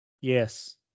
yes